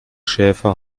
schäfer